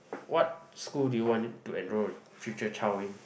what school do you want to enroll your future child in